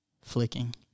flicking